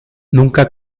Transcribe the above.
nunca